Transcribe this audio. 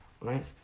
right